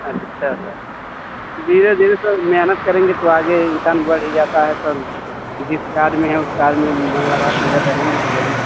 अच्छा सर धीरे धीरे सर मेहनत करेंगे तो आगे इंसान बढ़ ही जाता है सर जिस कार्य में हैं उस कार्य में मन लगाकर अगर रहेंगे तो ज़रूर